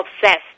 obsessed